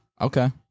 Okay